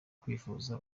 twifuza